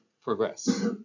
progress